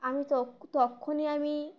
আমি ত তখনই আমি